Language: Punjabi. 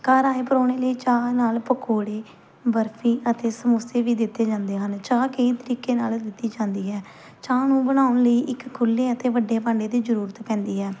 ਘਰ ਆਏ ਪਰਾਹੁਣੇ ਲਈ ਚਾਹ ਨਾਲ ਪਕੌੜੇ ਬਰਫੀ ਅਤੇ ਸਮੋਸੇ ਵੀ ਦਿੱਤੇ ਜਾਂਦੇ ਹਨ ਚਾਹ ਕਈ ਤਰੀਕੇ ਨਾਲ ਦਿੱਤੀ ਜਾਂਦੀ ਹੈ ਚਾਹ ਨੂੰ ਬਣਾਉਣ ਲਈ ਇੱਕ ਖੁੱਲ੍ਹੇ ਅਤੇ ਵੱਡੇ ਭਾਂਡੇ ਦੀ ਜ਼ਰੂਰਤ ਪੈਂਦੀ ਹੈ